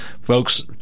folks